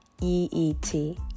EET